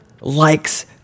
likes